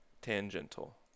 tangential